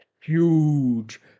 huge